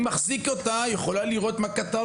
אני מחזיק את הדף כך שאת יכולה גם לראות מה כתבתי.